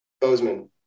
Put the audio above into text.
Bozeman